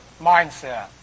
mindset